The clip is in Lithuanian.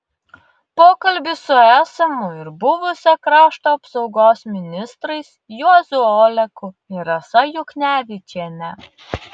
pokalbis su esamu ir buvusia krašto apsaugos ministrais juozu oleku ir rasa juknevičiene